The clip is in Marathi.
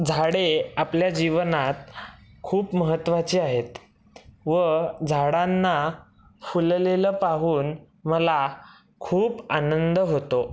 झाडे आपल्या जीवनात खूप महत्वाची आहेत व झाडांना फुललेलं पाहून मला खूप आनंद होतो